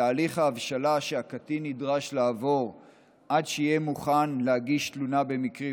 בין תהליך ההבשלה שהקטין נדרש לעבור עד שיהיה מוכן להגיש תלונה במקרים